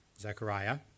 Zechariah